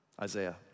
Isaiah